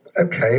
okay